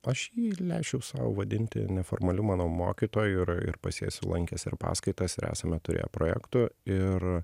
aš jį leisčiau sau vadinti neformaliu mano mokytoju ir ir pas jį esu lankęs ir paskaitas ir esame turėję projektų ir